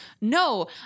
no